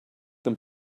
them